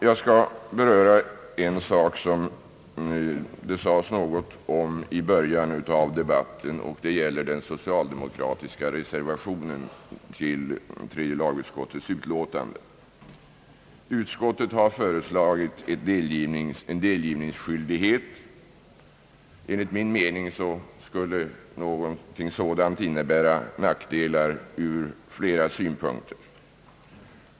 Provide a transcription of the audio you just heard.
Jag skall också beröra en sak som det sades något om i början av debatten, nämligen den socialdemokratiska reservationen till tredje lagutskottets utlåtande. Utskottet har föreslagit en delgivningsskyldighet. Enligt min mening skulle någonting sådant innebära nackdelar ur flera synpunkter.